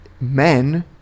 men